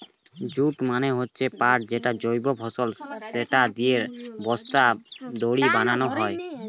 jute মানে হচ্ছে পাট যেটা জৈব ফসল, সেটা দিয়ে বস্তা, দড়ি বানানো হয়